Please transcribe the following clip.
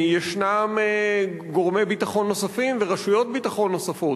ישנם גורמי ביטחון נוספים ורשויות ביטחון נוספות.